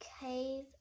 cave